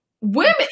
women